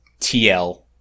TL